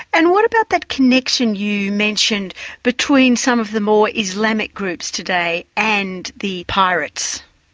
and what about that connection you mentioned between some of the more islamic groups today and the pirates?